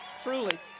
Truly